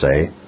say